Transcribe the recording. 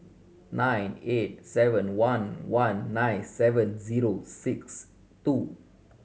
nine eight seven one one nine seven zero six two